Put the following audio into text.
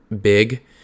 big